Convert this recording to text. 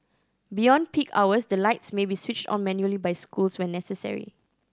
beyond peak hours the lights may be switched on manually by schools when necessary